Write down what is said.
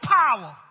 power